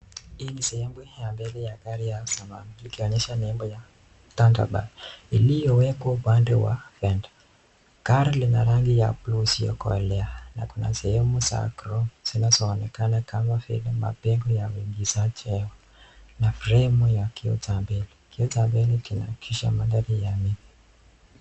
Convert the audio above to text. Hii ni sehemu ya mbele ya gari ya samawati ikionyesha nembo ya Thunderbird ilio wekwa upande wa mbele. Gari lina rangi ya bluu isio kolea na kuna sehemu za zinazo onekana kama pengo ya uigazaji hewa na fremu ya kiota mbele. Kiota mbele kina akisha madari.